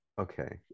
okay